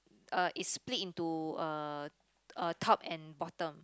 uh it's split into uh top and bottom